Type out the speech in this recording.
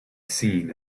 seen